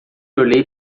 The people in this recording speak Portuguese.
olhei